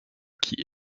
qui